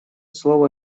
слово